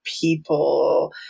people